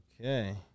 Okay